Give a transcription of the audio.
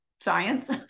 science